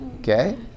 Okay